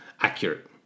accurate